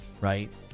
right